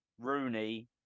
Rooney